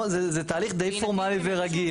זה תהליך די פורמלי ורגיל.